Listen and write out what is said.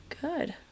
good